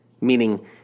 meaning